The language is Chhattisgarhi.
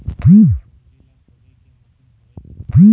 गोंदली ला खोदे के मशीन हावे का?